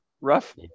rough